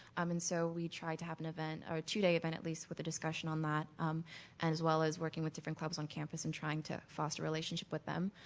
um and so we tried to have an event or two-day event at least with the discussion on that as well as working with different clubs on campus in trying to foster relationship with them.